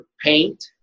paint